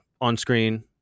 on-screen